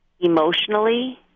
Emotionally